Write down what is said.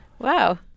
Wow